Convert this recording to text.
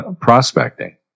prospecting